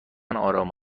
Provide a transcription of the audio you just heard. آرام